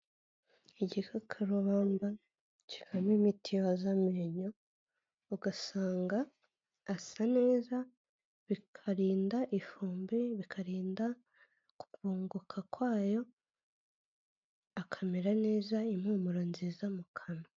Igikakarubamba kirimo imiti yose amenyo ugasanga asa neza, bikarinda ifumbi, bikarinda kuvunguka kwayo, akamera neza impumuro nziza mu kanwa.